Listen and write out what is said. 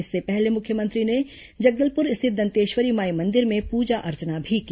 इसके पहले मुख्यमंत्री ने जगदलपुर स्थित दंतेश्वरी माई मंदिर में पूजा अर्चना भी की